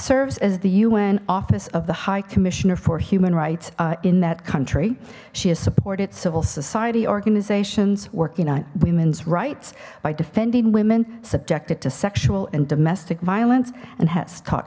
serves as the un office of the high commissioner for human rights in that country she has supported civil society organizations working on women's rights by defending women subjected to sexual and domestic violence and has taught